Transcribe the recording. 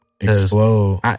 Explode